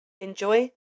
Enjoy